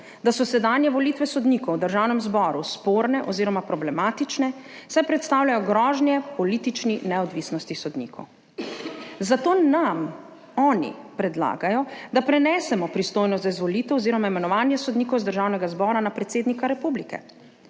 da so sedanje volitve sodnikov v Državnem zboru sporne oziroma problematične, saj predstavljajo grožnje politični neodvisnosti sodnikov. Zato nam oni predlagajo, da prenesemo pristojnost za izvolitev oziroma imenovanje sodnikov z Državnega zbora na predsednika republike.